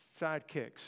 sidekicks